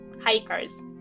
hikers